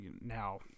Now